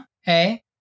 Hey